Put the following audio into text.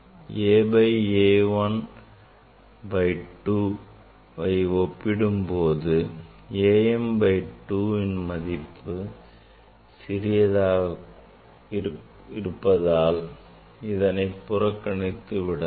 A by A 1 by 2 வை ஒப்பிடும் போது A m by 2 மதிப்பு மிகச் சிறியதாக இருப்பதால் இதனை புறக்கணித்து விடலாம்